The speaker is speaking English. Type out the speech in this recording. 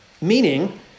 Meaning